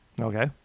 Okay